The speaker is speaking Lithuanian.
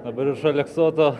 dabar iš aleksoto